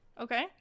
Okay